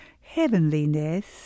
heavenliness